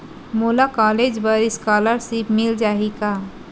मोला कॉलेज बर स्कालर्शिप मिल जाही का?